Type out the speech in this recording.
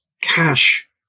cash